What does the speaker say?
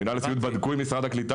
מנהל הסיעוד בדקו עם משרד הקליטה,